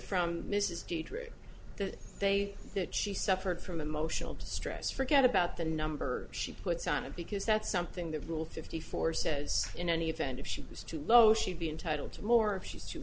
from mrs drake the day that she suffered from emotional distress forget about the number she puts on it because that's something the rule fifty four says in any event if she was too low she'd be entitled to more of she's too